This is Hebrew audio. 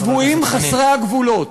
הצבועים חסרי הגבולות,